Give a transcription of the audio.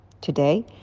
Today